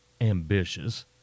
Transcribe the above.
ambitious